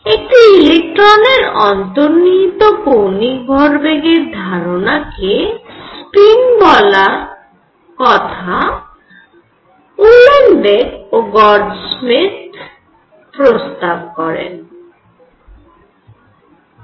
একটি ইলেকট্রনের অন্তর্নিহিত কৌণিক ভরবেগের ধারণা কে স্পিন বলার কথা উহলেনবেক এবং গডস্মিত প্রস্তাব করেন